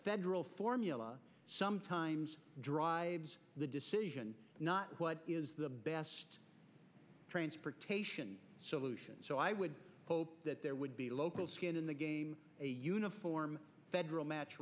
federal formula sometimes drives the decision not what is the best transportation solution so i would hope that there would be local skin in the game a uniform federal match